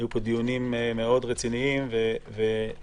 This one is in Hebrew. היו פה דיונים רציניים מאוד שתכליתם